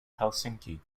helsinki